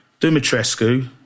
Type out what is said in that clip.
Dumitrescu